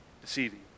deceiving